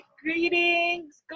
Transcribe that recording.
greetings